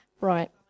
Right